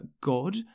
god